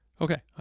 Okay